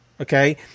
Okay